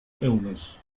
illness